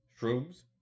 shrooms